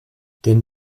den